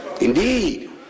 Indeed